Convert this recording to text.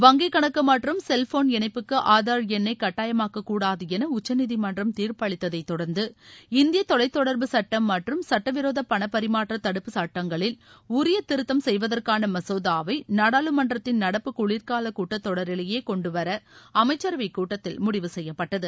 வங்கிக் கணக்கு மற்றும் செல்போள் இணைப்புக்கு ஆதார் எண்ணை கட்டாயமாக்கக்கூடாது என உச்சநீதிமன்றம் தீர்ப்பளித்தைத் தொடர்ந்து இந்திய தொலைத்தொடர்பு சட்டம் மற்றும் சட்டவிரோத பணப்பரிமாற்ற தடுப்புச் சட்டங்களில் உரிய திருத்தம் செய்வதற்கான மசோதாவை நாடாளுமன்றத்தின் நடப்பு குளிர்காலக் கூட்டத்தொடரிலேயே கொண்டு வர அமைச்சரவை கூட்டத்தில் முடிவு செய்யப்பட்டது